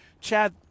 Chad